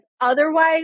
otherwise